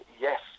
yes